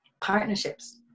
partnerships